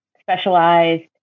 specialized